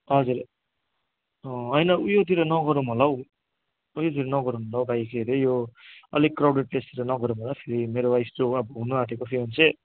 हजुर होइन उयोतिर नगरौँ होला हौ उयोतिर नगरौँ होला हौ भाइ के अरे यो अलिक क्राउडेड प्लेसतिर नगरौँ होला हौ फेरि मेरो वाइफ जो हुनु आँटेको फियोन्से